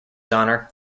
honour